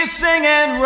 singing